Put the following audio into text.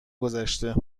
گذشته